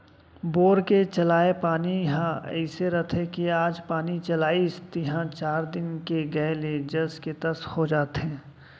bore के चलाय पानी ह अइसे रथे कि आज पानी चलाइस तिहॉं चार दिन के गए ले जस के तस हो जाथे